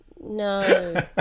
no